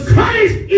Christ